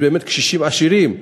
יש באמת קשישים עשירים,